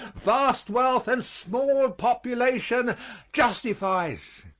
vast wealth and small population justifies.